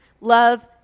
Love